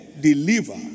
deliver